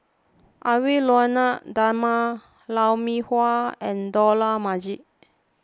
Edwy Lyonet Talma Lou Mee Wah and Dollah Majid